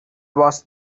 was